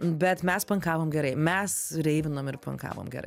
bet mes pankavom gerai mes reivinom ir pakavom gerai